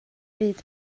byd